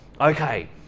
Okay